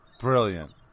brilliant